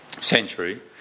century